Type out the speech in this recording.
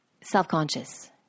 self-conscious